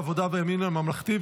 העבודה והימין הממלכתי,